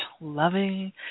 loving